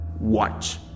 Watch